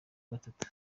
gatatu